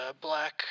black